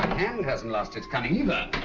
hand hasn't lost it's cunning either.